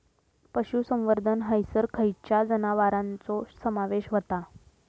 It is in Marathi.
पशुसंवर्धन हैसर खैयच्या जनावरांचो समावेश व्हता?